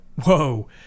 whoa